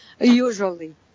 Usually